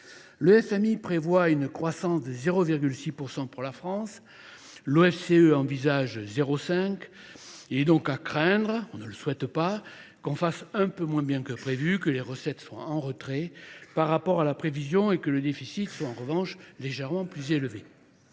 Le SMI prévoit une croissance de 0,6% pour la France. L'OFCE envisage 0,5%. Il est donc à craindre, on ne le souhaite pas, qu'on fasse un peu moins bien que prévu, que les recettes soient en retrait par rapport à la prévision et que le déficit soit en revanche légèrement plus élevé.